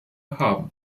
haben